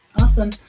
Awesome